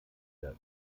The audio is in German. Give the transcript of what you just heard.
der